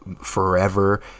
forever